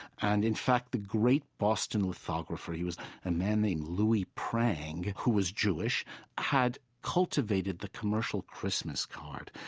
and, in fact, the great boston lithographer he was a man named louis prang, who was jewish had cultivated the commercial christmas card.